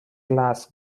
class